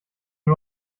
wir